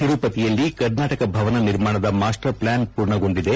ತಿರುಪತಿಯಲ್ಲಿ ಕರ್ನಾಟಕ ಭವನ ನಿರ್ಮಾಣದ master plan ಪೂರ್ಣಗೊಂಡಿದೆ